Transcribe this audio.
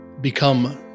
become